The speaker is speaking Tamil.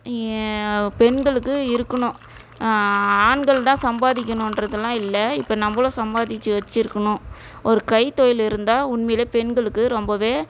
பெண்களுக்கு இருக்கணும் ஆண்கள் தான் சம்பாதிக்கணுன்றதுலாம் இல்லை இப்போ நம்பளும் சம்பாதிச்சு வச்சுருக்கணும் ஒரு கைத்தொழில் இருந்தால் உண்மையில் பெண்களுக்கு ரொம்பவே